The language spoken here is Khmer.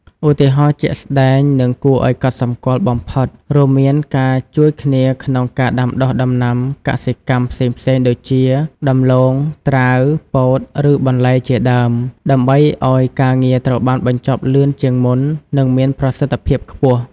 ឧទាហរណ៍ជាក់ស្តែងនិងគួរឱ្យកត់សម្គាល់បំផុតរួមមានការជួយគ្នាក្នុងការដាំដុះដំណាំកសិកម្មផ្សេងៗដូចជាដំឡូង ត្រាវ ពោត ឬបន្លែជាដើម ដើម្បីឲ្យការងារត្រូវបានបញ្ចប់លឿនជាងមុននិងមានប្រសិទ្ធភាពខ្ពស់។